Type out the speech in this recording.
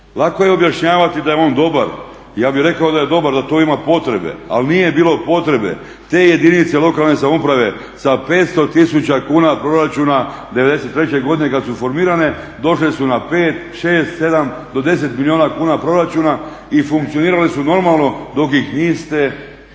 Lako je objašnjavati da je on dobar, ja bih rekao da je dobar da tu ima potrebe ali nije bilo potrebe. Te jedinice lokalne samouprave sa 500 000 kuna proračuna '93. godine kad su formirane došle su na 5, 6, 7 do 10 milijuna kuna proračuna i funkcionirale su normalno dok ih niste